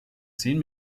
zehn